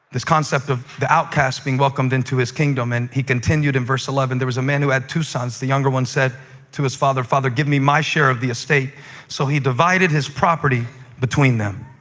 this concept of the outcast being welcomed into his kingdom. and he continued in verse eleven. there was a man who had two sons. the younger one said to his father, father, give me my share of the estate so he divided his property between them.